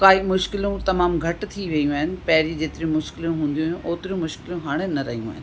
काई मुश्किलूं तमामु घटि थी वेयूं आहिनि पहिरीं जेतिरी मुश्किलूं हूंदियूं हुयूं ओतिरी मुश्किलूं हाणे न रहियूं आहिनि